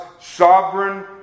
sovereign